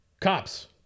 Cops